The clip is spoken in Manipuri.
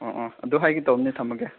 ꯑꯣ ꯑꯣ ꯑꯗꯨ ꯍꯥꯏꯒꯦ ꯇꯧꯕꯅꯦ ꯊꯝꯂꯒꯦ